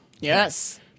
Yes